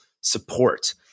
support